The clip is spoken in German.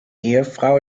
ehefrau